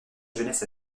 jeunesse